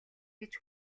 гэж